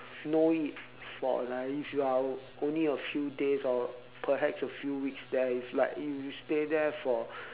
know it for like if you are only a few days or perhaps a few weeks there is like if you stay there for